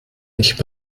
nicht